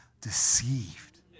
deceived